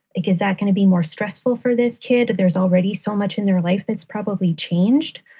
like is that going to be more stressful for this kid? there's already so much in their life that's probably changed.